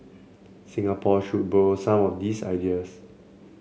Singapore should borrow some of these ideas